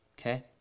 okay